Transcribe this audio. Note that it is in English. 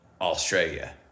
Australia